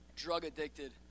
drug-addicted